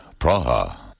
Praha